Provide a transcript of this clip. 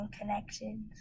Connections